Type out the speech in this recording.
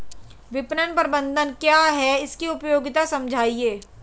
विपणन प्रबंधन क्या है इसकी उपयोगिता समझाइए?